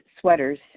sweaters